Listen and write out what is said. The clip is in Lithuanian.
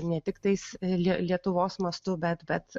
ne tik tais lie lietuvos mastu bet bet